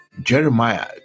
Jeremiah